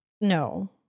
No